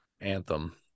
Anthem